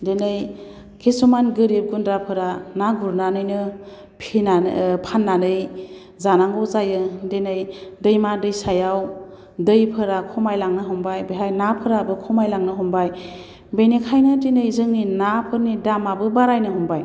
दिनै किसुमान गोरिब गुन्द्राफोरा ना गुरनानैनो फिसिनानै फान्नानै जानांगौ जायो दिनै दैमा दैसायाव दैफोरा खमायलांनो हमबाय बेहाय ना फोराबो खमायलांनो हमबाय बेनिखायनो दिनै जोंनि नाफोरनि दामाबो बारायनो हमबाय